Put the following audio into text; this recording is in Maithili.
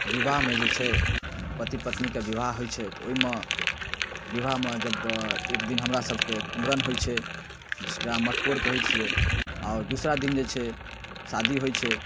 बिआहमे जे छै पति पत्नी के बिआह होइ छै तऽ ओइमे बिआहमे जब एक दिन हमरा सभके कुमरन होइ छै जकरा मटकोर कहै छियै आओर दोसरा दिन जे छै शादी होइ छै